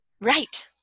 Right